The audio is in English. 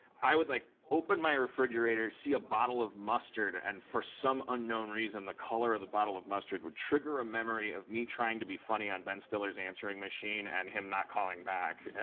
i would, like, open my refrigerator, see a bottle of mustard, and for some unknown reason, the color of the bottle of mustard would trigger a memory of me trying to be funny on ben stiller's answering machine, and him not calling back.